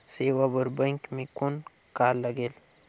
सेवा बर बैंक मे कौन का लगेल?